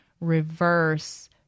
reverse